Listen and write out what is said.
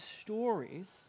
stories